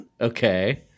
Okay